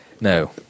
No